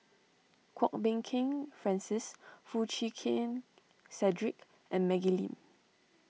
Kwok Peng Kin Francis Foo Chee Keng Cedric and Maggie Lim